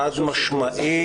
חד-משמעית,